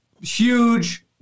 huge